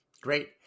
Great